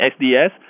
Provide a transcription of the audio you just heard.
SDS